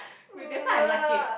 wait that's why I like it